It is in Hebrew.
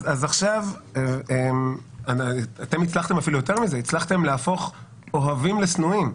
אתם הצלחתם אפילו להפוך אוהבים לשנואים,